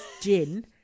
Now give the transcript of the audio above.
gin